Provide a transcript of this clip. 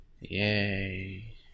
Yay